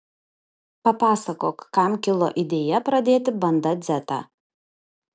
papasakok kam kilo idėja pradėti banda dzetą